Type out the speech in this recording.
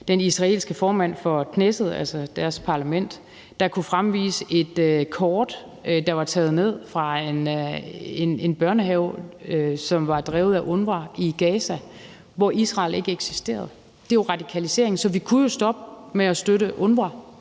den israelske formand for Knesset, altså deres parlament, der kunne fremvise et kort, der var taget ned fra en børnehave, som var drevet af UNRWA i Gaza, og hvor Israel ikke eksisterede, og det er radikalisering. Så vi kunne jo stoppe med at støtte UNRWA,